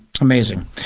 amazing